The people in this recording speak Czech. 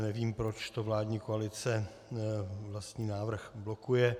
Nevím, proč vládní koalice vlastní návrh blokuje.